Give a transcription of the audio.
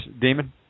demon